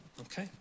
Okay